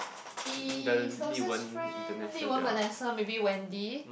!ee! closest friend Li-wen Vanessa maybe Wendy